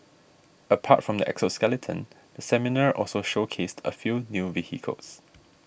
apart from the exoskeleton the seminar also showcased a few new vehicles